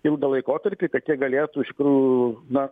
ilgą laikotarpį kad jie galėtų iš tikrųjų na